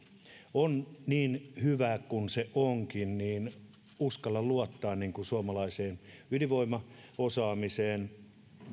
on niin hyvä kuin se on niin uskallan luottaa suomalaiseen ydinvoimaosaamiseen